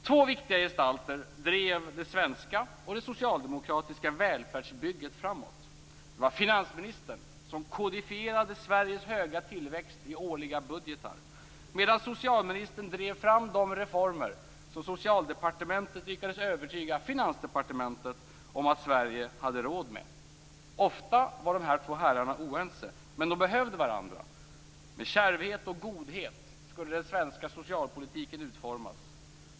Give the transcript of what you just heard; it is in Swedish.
Två viktiga gestalter drev det svenska och det socialdemokratiska välfärdsbygget framåt. Det var finansministern som kodifierade Sveriges höga tillväxt i årliga budgetar och socialministern som drev fram de reformer som Socialdepartementet lyckades övertyga Finansdepartementet om att Sverige hade råd med. Ofta var de här två herrarna oense, men de behövde varandra. Med kärvhet och godhet skulle den svenska socialpolitiken utformas.